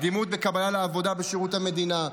קדימות בקבלה לעבודה בשירות המדינה,